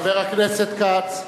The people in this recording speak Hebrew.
חבר הכנסת כץ.